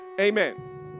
amen